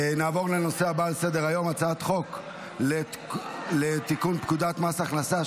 נעבור לנושא הבא על סדר-היום: הצעת חוק לתיקון פקודת מס הכנסה,